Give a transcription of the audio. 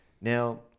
Now